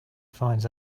finds